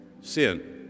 sin